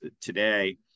today